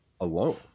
alone